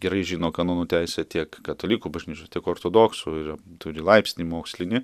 gerai žino kanonų teisę tiek katalikų bažnyčios tik ortodoksų ir turi laipsnį mokslinį